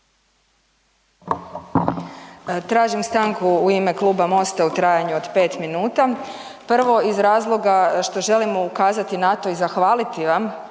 Tražim stanku u ime Kluba MOST-a u trajanju od 5 minuta. Prvo, iz razloga što želimo ukazati na to i zahvaliti vam